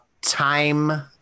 time